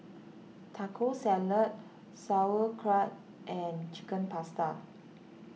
Taco Salad Sauerkraut and Chicken Pasta